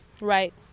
Right